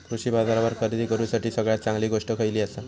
कृषी बाजारावर खरेदी करूसाठी सगळ्यात चांगली गोष्ट खैयली आसा?